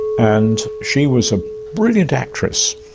and she was a brilliant actress.